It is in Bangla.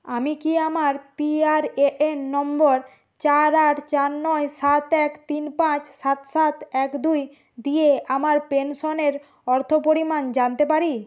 আমি কি আমার পিআরএএন নম্বর চার আট চার নয় সাত এক তিন পাঁচ সাত সাত এক দুই দিয়ে আমার পেনশনের অর্থ পরিমাণ জানতে পারি